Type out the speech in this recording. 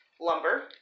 lumber